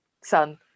son